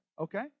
okay